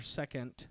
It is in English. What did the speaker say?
second